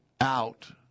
out